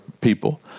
people